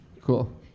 Cool